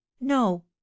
no